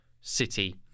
city